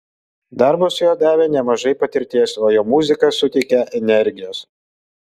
darbas su juo davė nemažai patirties o jo muzika suteikia energijos